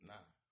Nah